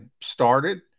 started